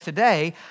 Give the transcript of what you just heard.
Today